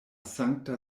sankta